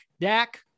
Dak